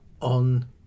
on